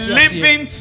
living